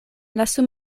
lasu